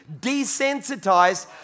desensitized